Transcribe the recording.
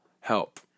help